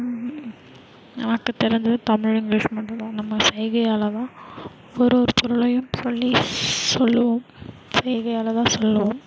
நமக்கு தெரிஞ்சது தமிழ் இங்கிலீஷ் மட்டும்தான் நம்ம சைகையால்தான் ஒரு ஒரு பொருளையும் சொல்லி சொல்லுவோம் சைகையால்தான் சொல்லுவோம்